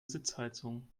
sitzheizung